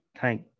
thank